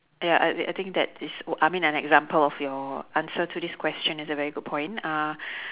ya I thi~ I think that is w~ I mean an example of your answer to this question is a very good point uh